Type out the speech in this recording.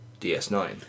DS9